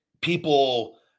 people